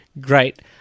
great